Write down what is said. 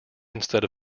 instead